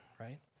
right